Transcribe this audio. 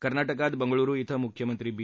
कर्नाटकात बंगळ्रु श्रि मुख्यमंत्री बी